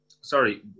sorry